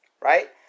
Right